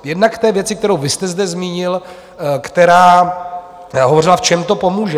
Jednak k té věci, kterou vy jste zde zmínil, která hovořila, v čem to pomůže.